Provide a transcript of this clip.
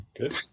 Good